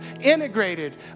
integrated